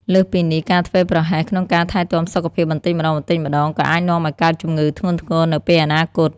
លើសពីនេះ ការធ្វេសប្រហែសក្នុងការថែទាំសុខភាពបន្តិចម្តងៗ ក៏អាចនាំឱ្យកើតជំងឺធ្ងន់ធ្ងរនៅពេលអនាគត។